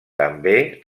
també